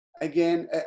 Again